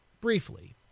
briefly